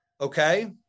Okay